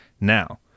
Now